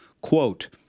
Quote